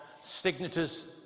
signatures